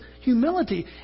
humility